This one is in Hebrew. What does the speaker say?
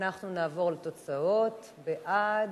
ואנחנו נעבור לתוצאות: בעד,